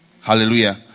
Hallelujah